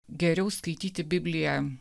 geriau skaityti bibliją